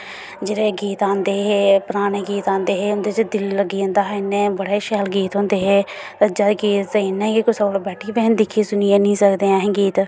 जेह्ड़े गीत आंदे हे पराने गीत आंदे हे उंदे च दिल लग्गी जांदा हा इंया बड़ा शैल गीत होंदे हे अज्जै दे गाने ते तुस कुसै कोल बैठी सुनियै निं तुस सुनी सकदे ऐसे गीत